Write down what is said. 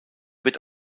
wird